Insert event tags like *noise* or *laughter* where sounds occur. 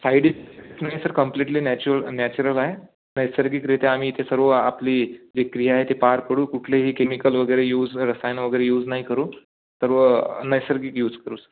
side इफे *unintelligible* नाही आहे sir completely natural natural आहे नैसर्गिकरीत्या आम्ही इथे सर्व आपली जे क्रिया आहे ते पार पाडू कुठलेही केमिकल वगैरे यूज रसायनं वगैरे यूज नाही करू सर्व नैसर्गिक यूज करू सर